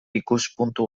ikuspuntu